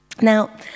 Now